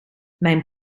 mijn